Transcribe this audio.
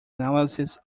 analysis